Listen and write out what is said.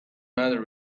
matter